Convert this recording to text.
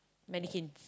mannequins